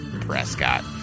Prescott